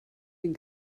den